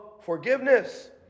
forgiveness